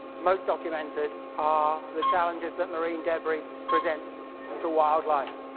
most documented are the challenges that marine debris presents to wildlife.